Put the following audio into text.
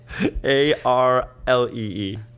A-R-L-E-E